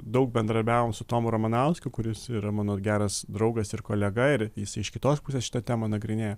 daug bendrarbiavom su tomu ramanauskiu kuris yra mano geras draugas ir kolega ir jis iš kitos pusės šitą temą nagrinėja